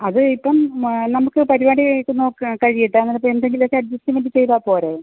അത് ഇപ്പം നമുക്ക് പരിപാടി കഴിഞ്ഞിട്ട് നോക്കാം കഴിയട്ടെ അങ്ങനത്തെ എന്തെങ്കിലുമൊക്കെ അഡ്ജസ്റ്റ്മെൻ്റ് ചെയ്താൽ പോരേ